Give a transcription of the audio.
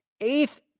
eighth